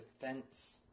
defense